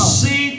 see